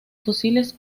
fusiles